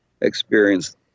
experience